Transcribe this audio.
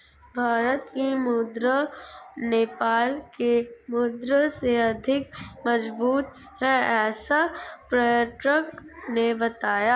भारत की मुद्रा नेपाल के मुद्रा से अधिक मजबूत है ऐसा पर्यटक ने बताया